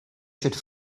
should